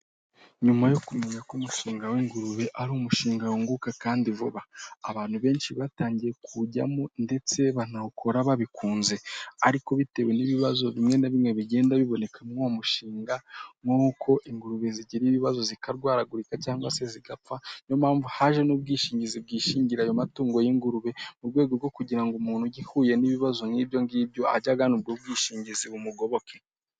Nyuma yo kumenya ko umushinga w'ingurube ari umushinga wunguka kandi vuba, abantu benshi batangiye kuwujyamo ndetse banawukora babikunze ariko bitewe n'ibibazo bimwe na bimwe bigenda bibonekamo'uwo mushinga w'uko ingurube zigira ibibazo zikarwaragurika cyangwa se zigapfa niyo mpamvu haje n'u ubwishingizi bwishingira ayo matungo y'ingurube mu rwego rwo kugira ngo umuntu ugihuye n'ibibazo nk'ibyo ngibyo ajyagana ubwo bwishingizi bumugoboke.